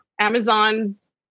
Amazon's